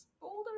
boulder